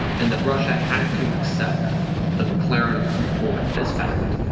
and that russia had to accept the mclaren report as fact,